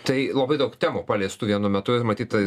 tai labai daug temų paliestų vienu metu ir matyt